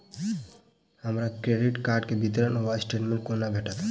हमरा credit card केँ विवरण वा स्टेटमेंट कोना भेटत?